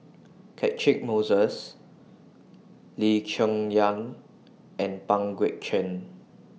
Catchick Moses Lee Cheng Yan and Pang Guek Cheng